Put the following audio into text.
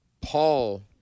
paul